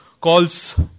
calls